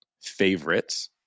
favorites